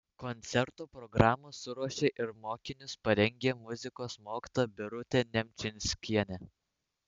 koncerto programą suruošė ir mokinius parengė muzikos mokytoja birutė nemčinskienė